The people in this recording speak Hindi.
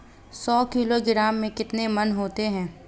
सौ किलोग्राम में कितने मण होते हैं?